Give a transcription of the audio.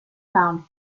mound